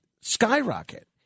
skyrocket